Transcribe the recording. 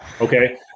Okay